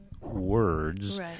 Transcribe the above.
words